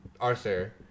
Arthur